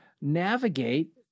navigate